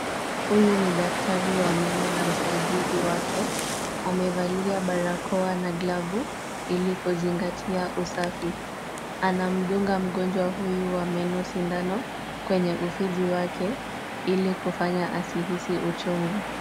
Huyu ni daktari wa meno na msaidizi wake. Amevalia barakoa na glavu ili kuzingatia usafi. Anamdunga mgonjwa huyu wa meno sindano kwenye ufizi wake ili kufanya asihisi uchungu.